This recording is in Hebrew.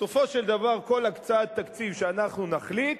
בסופו של דבר, כל הקצאת תקציב שאנחנו נחליט,